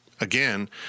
again